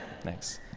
Thanks